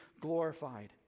glorified